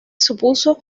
supuso